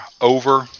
over